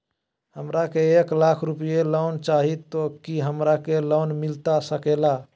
हमरा के एक लाख रुपए लोन चाही तो की हमरा के लोन मिलता सकेला?